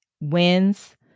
wins